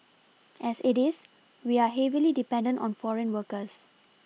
as it is we are heavily dependent on foreign workers